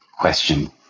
question